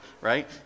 right